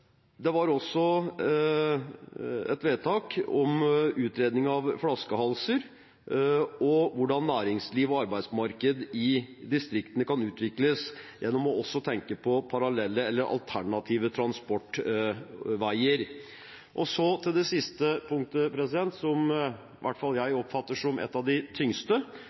Det var også et vedtak om utredning av flaskehalser og hvordan næringsliv og arbeidsmarked i distriktene kan utvikles gjennom å tenke på parallelle eller alternative transportveier. Så til det siste punktet, som i hvert fall jeg oppfatter som et av de tyngste.